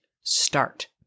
start